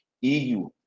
EU